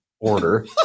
order